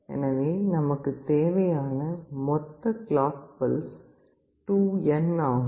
எனவே நமக்குத் தேவையான மொத்த கிளாக் பல்ஸ் 2n ஆகும்